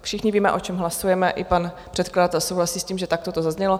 Všichni víme, o čem hlasujeme, i pan předkladatel souhlasí s tím, že takto to zaznělo.